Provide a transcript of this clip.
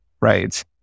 right